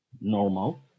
normal